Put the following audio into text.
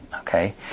Okay